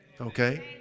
okay